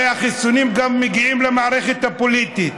הרי החיסונים גם מגיעים למערכת הפוליטית.